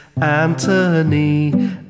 Antony